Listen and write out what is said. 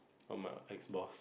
from my ex boss